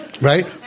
Right